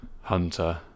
hunter